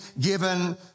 given